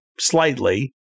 slightly